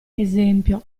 esempio